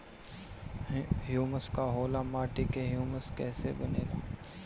Humus का होला माटी मे ह्यूमस कइसे बनेला?